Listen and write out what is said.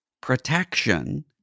protection